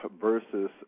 versus